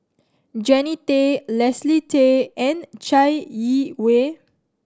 Jannie Tay Leslie Tay and Chai Yee Wei